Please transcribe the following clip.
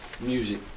music